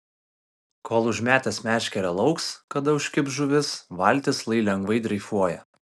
kol užmetęs meškerę lauks kada užkibs žuvis valtis lai lengvai dreifuoja